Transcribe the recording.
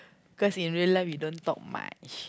cause in real life you don't talk much